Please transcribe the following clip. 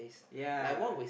ya